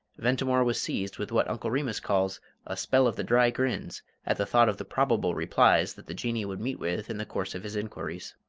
ventimore was seized with what uncle remus calls a spell of the dry grins at the thought of the probable replies that the jinnee would meet with in the course of his inquiries.